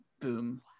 Boom